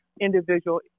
individual